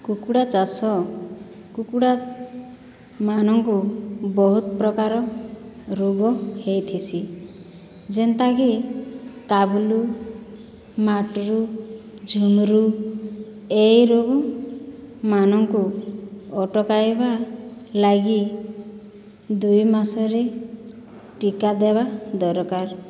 କୁକୁଡ଼ା ଚାଷ କୁକୁଡ଼ାମାନଙ୍କୁ ବହୁତ୍ ପ୍ରକାର ରୁଗ ହେଇଥିସି ଯେନ୍ଟାକି କାବ୍ଲୁ ମାଟ୍ରୁ ଝୁମ୍ରୁ ଏ ରୁଗମାନ୍ଙ୍କୁ ଅଟକାଇବା ଲାଗି ଦୁଇ ମାସରେ ଟିକା ଦେବା ଦରକାର